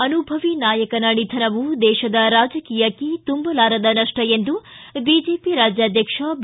ಅನುಭವಿ ನಾಯಕನ ನಿಧನವು ದೇಶದ ರಾಜಕೀಯಕ್ಕೆ ತುಂಬಲಾರದ ನಷ್ಟ ಎಂದು ಬಿಜೆಪಿ ರಾಜ್ಕಾಧ್ಯಕ್ಷ ಬಿ